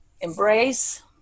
Embrace